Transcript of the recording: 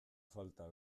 falta